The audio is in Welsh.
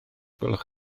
gwelwch